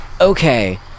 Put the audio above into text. okay